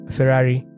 Ferrari